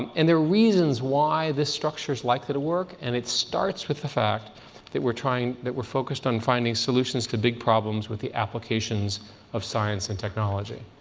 um and the reasons why this structure is likely to work. and it starts with the fact that we're trying that we're focused on finding solutions to big problems with the applications of science and technology.